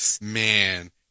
Man